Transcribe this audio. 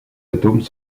atomes